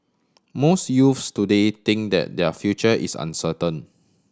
most youths today think that their future is uncertain